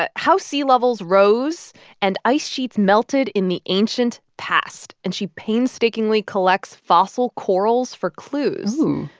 ah how sea levels rose and ice sheets melted in the ancient past, and she painstakingly collects fossil corals for clues ooh.